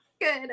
good